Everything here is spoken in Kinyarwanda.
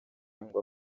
ngo